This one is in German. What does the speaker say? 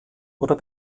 oder